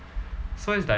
so it's like